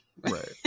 Right